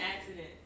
accident